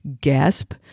gasp